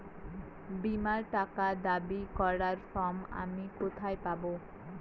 বীমার টাকা দাবি করার ফর্ম আমি কোথায় পাব?